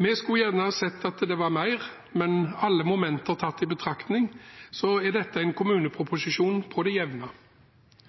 Vi skulle gjerne sett at det var mer, men alle momenter tatt i betraktning er dette en kommuneproposisjon på det jevne.